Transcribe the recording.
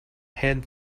head